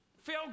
Feel